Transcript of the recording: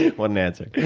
what an answer. yeah